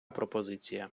пропозиція